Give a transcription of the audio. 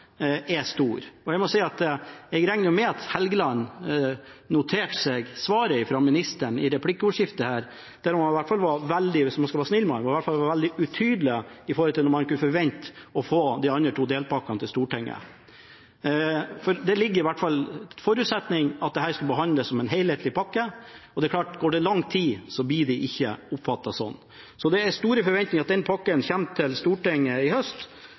replikkordskiftet her, der han i hvert fall var – hvis man skal være snill med ham – veldig utydelig når det gjaldt når man kunne forvente å få de andre to delpakkene til Stortinget. Det ligger i hvert fall som en forutsetning at dette skulle behandles som en helhetlig pakke. Det er klart at går det lang tid, blir det ikke oppfattet sånn. Så det er store forventninger til at den pakken kommer til Stortinget i høst,